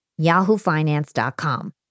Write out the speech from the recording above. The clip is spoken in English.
yahoofinance.com